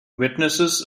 witnesses